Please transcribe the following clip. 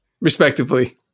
Respectively